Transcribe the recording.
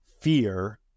fear